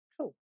Cool